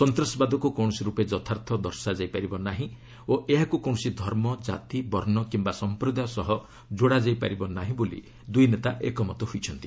ସନ୍ତାସବାଦକୁ କୌଣସି ରୂପେ ଯଥାର୍ଥ ଦର୍ଶାଯାଇପାରିବ ନାହିଁ ଓ ଏହାକୁ କୌଣସି ଧର୍ମ ଜାତି ବର୍ଷ୍ଣ କିୟା ସମ୍ପ୍ରଦାୟ ସହ ଯୋଡ଼ାଯାଇ ପାରିବ ନାହିଁ ବୋଲି ଦୁଇ ନେତା ଏକମତ ହୋଇଛନ୍ତି